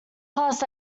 past